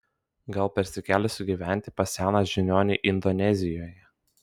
gal persikelsiu gyventi pas seną žiniuonį indonezijoje